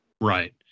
Right